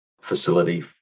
facility